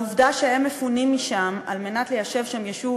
העובדה שהם מפונים משם כדי ליישב שם יישוב,